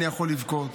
אני יכול לבכות,